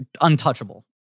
untouchable